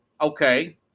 Okay